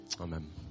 Amen